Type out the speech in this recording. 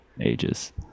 ages